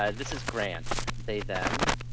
um this is grant. they them.